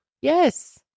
Yes